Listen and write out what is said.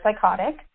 psychotic